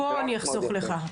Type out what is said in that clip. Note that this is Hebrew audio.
אני אחסוך לך.